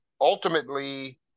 Ultimately